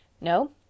No